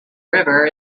river